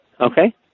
Okay